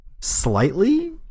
slightly